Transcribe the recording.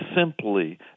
simply